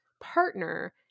partner